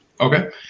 Okay